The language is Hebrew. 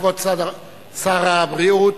כבוד שר הבריאות.